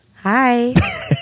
Hi